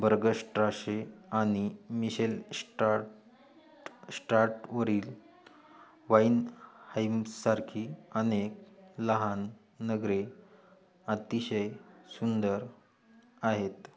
Bergstrasse आणि Michelstadt श्टार्टवरील Weinheim सारखी अनेक लहान नगरे अतिशय सुंदर आहेत